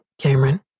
Cameron